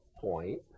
point